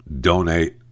donate